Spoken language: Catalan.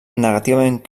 negativament